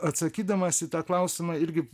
atsakydamas į tą klausimą irgi